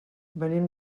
venim